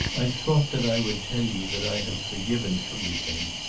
i thought that i would tell you that i have forgiven everything.